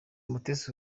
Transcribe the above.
mutesi